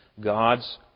God's